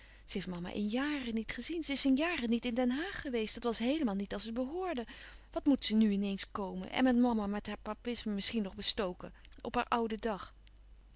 ze heeft mama in jaren niet gezien ze is in jaren niet in den haag geweest dat was heelemaal niet als het behoorde wat moet ze nu in eens komen en mama met haar papisme misschien nog bestoken op haar ouden dag